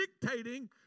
dictating